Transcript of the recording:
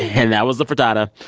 and that was the frittata.